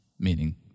meaning